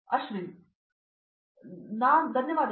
ಅಶ್ವಿನ್ ಧನ್ಯವಾದಗಳು